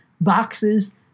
boxes